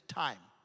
time